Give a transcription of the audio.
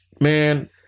man